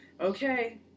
okay